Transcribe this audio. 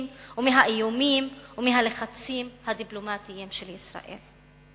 ומהאיומים ומהלחצים הדיפלומטיים של ישראל.